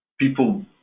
People